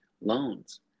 loans